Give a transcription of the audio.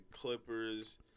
Clippers